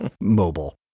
mobile